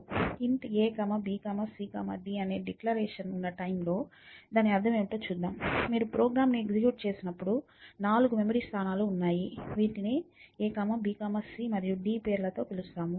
int a b c d అనే declaration ఉన్న time లో దాని అర్థం ఏమిటో చూద్దాం మీరు ప్రోగ్రామ్ను ఎగ్జిక్యూట్ చేసినప్పుడు నాలుగు మెమరీ స్థానాలు ఉన్నాయి వీటిని a b c మరియు d పేర్లతో పిలుస్తారు